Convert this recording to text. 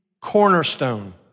cornerstone